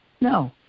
No